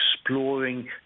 exploring